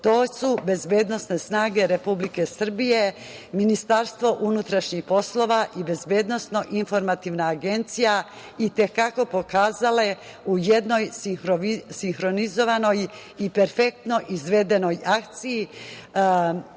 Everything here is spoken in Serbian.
To su bezbednosne snage Republike Srbije, Ministarstvo unutrašnjih poslova i Bezbednosno informativna agencija i te kako pokazale u jednoj sinhronizovanoj i perfektno izvedenoj akciji,